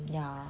yeah